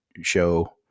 show